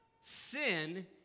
sin